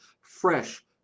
fresh